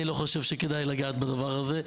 אני לא חושב שכדאי לגעת בדבר הזה.